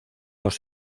los